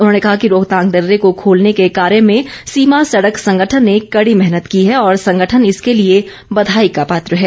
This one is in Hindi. उन्होंने कहा कि रोहतांग दर्रे को खोलने के कार्य में सीमा सडक संगठन ने कड़ी मेहनत की है और संगठन इसके लिए बधाई का पात्र है